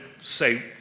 say